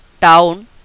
town